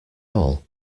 all